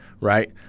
right